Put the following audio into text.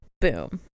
Boom